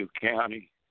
County